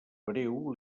breu